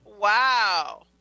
wow